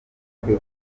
mujyi